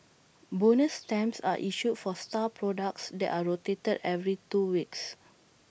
bonus stamps are issued for star products that are rotated every two weeks